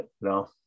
no